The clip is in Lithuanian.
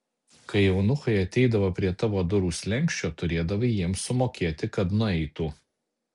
kai eunuchai ateidavo prie tavo durų slenksčio turėdavai jiems sumokėti kad nueitų